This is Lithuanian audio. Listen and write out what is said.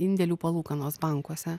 indėlių palūkanos bankuose